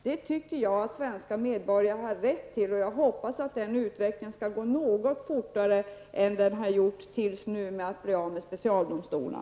Detta tycker jag att svenska medborgare har rätt till, och jag hoppas att utvecklingen av specialdomstolarna skall gå snabbare än hittills.